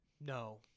No